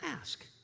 ask